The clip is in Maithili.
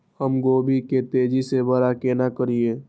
हम गोभी के तेजी से बड़ा केना करिए?